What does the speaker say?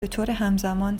بطورهمزمان